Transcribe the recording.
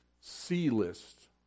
C-List